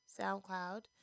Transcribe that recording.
soundcloud